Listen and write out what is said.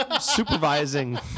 supervising